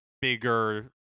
bigger